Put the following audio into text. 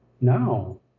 No